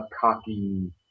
cocky